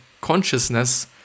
consciousness